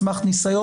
על סמך ניסיון,